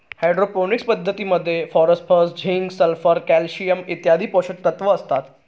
hydroponics पद्धतीमध्ये phosphorus, zinc, sulphur, calcium इत्यादी पोषकतत्व असतात